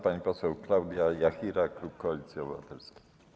Pani poseł Klaudia Jachira, klub Koalicja Obywatelska.